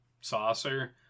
saucer